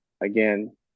again